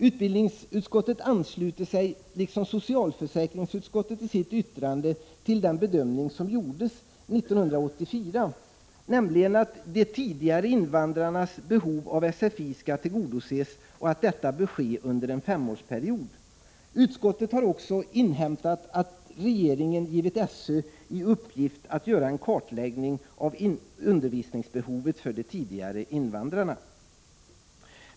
Utbildningsutskottet ansluter sig, liksom socialförsäkringsutskottet gör i sitt yttrande, till den bedömning som gjordes 1984, nämligen att de tidigare invandrarnas behov av sfi skall tillgodoses och att detta bör ske under en femårsperiod. Utskottet har också inhämtat att regeringen givit SÖ i uppgift att göra en kartläggning av undervisningsbehovet för de tidigare invandrarna.